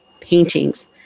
paintings